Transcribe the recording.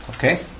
Okay